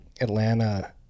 Atlanta